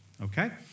okay